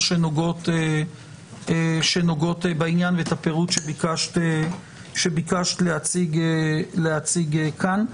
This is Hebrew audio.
שנוגעות בעניין ואת הפירוט שביקשת להציג כאן.